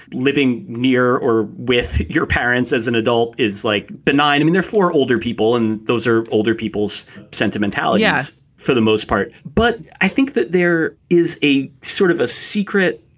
living near or with your parents as an adult is like benign. i mean, they're for older people and those are older people's sentimental yes, for the most part. but i think that there is a sort of a secret.